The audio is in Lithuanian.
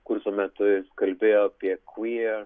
kurso metu jis kalbėjo apie kvier